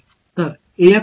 எனவே இதை என்று எழுதுவேன்